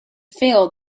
failed